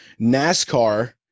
NASCAR